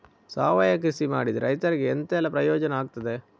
ಸಾವಯವ ಕೃಷಿ ಮಾಡಿದ್ರೆ ರೈತರಿಗೆ ಎಂತೆಲ್ಲ ಪ್ರಯೋಜನ ಆಗ್ತದೆ?